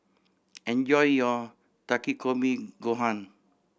enjoy your Takikomi Gohan